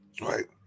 right